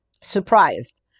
surprised